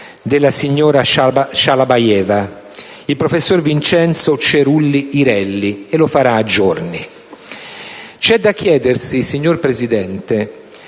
della signora Shalabayeva, il professor Vincenzo Cerulli Irelli, e lo farà a giorni. C'è da chiedersi, signor Presidente,